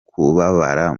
kubabara